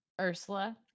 Ursula